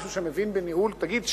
מישהו שמבין בניהול: תגיד,